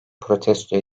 protesto